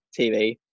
TV